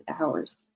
hours